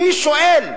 מי שואל?